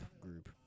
group